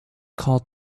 called